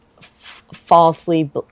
falsely